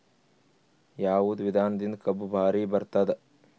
ಯಾವದ ವಿಧಾನದಿಂದ ಕಬ್ಬು ಭಾರಿ ಬರತ್ತಾದ?